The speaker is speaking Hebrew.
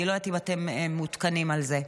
אני לא יודעת אם אתם מעודכנים על זה.